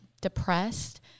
depressed